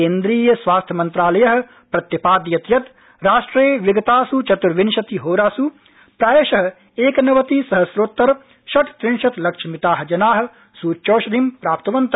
केन्द्रीय स्वास्थ्यमन्द्रालय प्रत्यपादयत् यत् राष्ट्रे विगतास् चतुर्विंशतिहोरास् प्रायश एकनवति सहस्रोत्तर षट्रंत्रिंशत् लक्षमिता जना सूच्यौषधिं प्राप्तवन्त